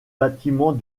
bâtiment